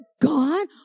God